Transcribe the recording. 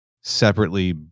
separately